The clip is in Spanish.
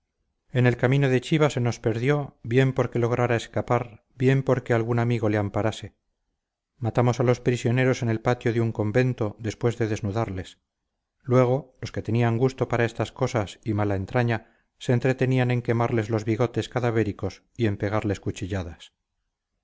en el camino de chiva se nos perdió bien porque lograra escapar bien porque algún amigo le amparase matamos a los prisioneros en el patio de un convento después de desnudarles luego los que tenían gusto para estas cosas y mala entraña se entretenían en quemarles los bigotes cadavéricos y